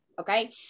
Okay